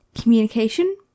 Communication